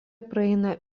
praeina